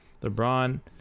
LeBron